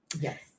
Yes